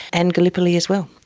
and gallipoli as well.